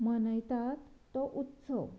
मनयतात तो उत्सव